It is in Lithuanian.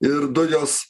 ir dujos